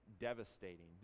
devastating